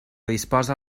disposa